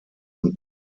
und